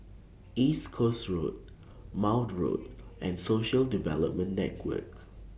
East Coast Road Maude Road and Social Development Network